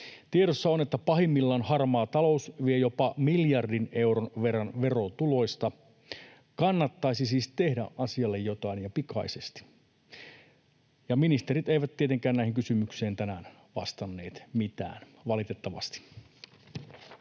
Tiedossa on, että pahimmillaan harmaa talous vie jopa miljardin euron verran verotuloista. Kannattaisi siis tehdä asialle jotain ja pikaisesti. Ja ministerit eivät tietenkään näihin kysymyksiin tänään vastanneet mitään, valitettavasti.